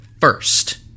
first